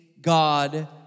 God